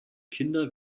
kinder